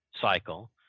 cycle